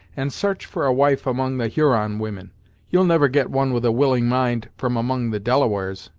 and s'arch for a wife among the huron women you'll never get one with a willing mind from among the delawares.